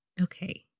Okay